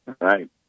Right